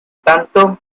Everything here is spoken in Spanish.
tanto